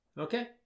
Okay